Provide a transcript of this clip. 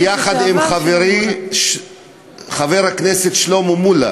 ביחד עם חברי חבר הכנסת שלמה מולה.